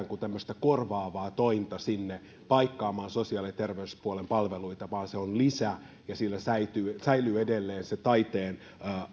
kuin tämmöistä korvaavaa tointa sinne paikkaamaan sosiaali ja terveyspuolen palveluita vaan se on lisä ja sillä säilyy säilyy edelleen se taiteen